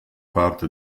parte